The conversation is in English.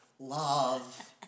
Love